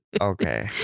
Okay